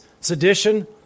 sedition